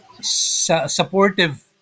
supportive